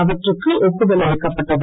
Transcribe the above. அவற்றுக்கு ஒப்புதல் அளிக்கப்பட்டது